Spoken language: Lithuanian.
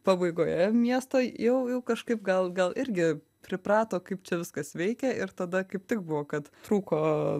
pabaigoje miesto jau jau kažkaip gal gal irgi priprato kaip čia viskas veikia ir tada kaip tik buvo kad trūko